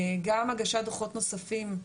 גם הגשת דוחות נוספים,